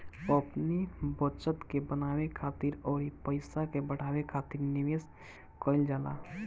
अपनी बचत के बनावे खातिर अउरी पईसा के बढ़ावे खातिर निवेश कईल जाला